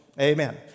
Amen